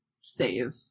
save